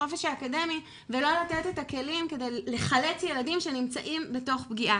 החופש האקדמי ולא לתת את הכלים כדי לחלץ ילדים שנמצאים בתוך פגיעה.